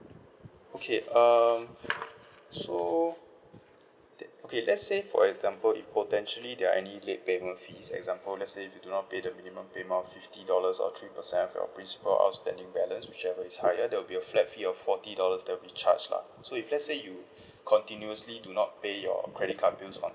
okay um so okay let's say for example if potentially there are any late payment fees example let's say if you do not pay the minimum payment of fifty dollars or three percent of your principal outstanding balance whichever is higher there will be a flat fee of forty dollars that will be charge lah so if let's say you continuously do not pay your credit card bills on